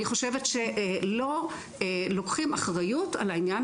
אני חושבת שלא לקוחים אחריות על העניין